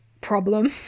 problem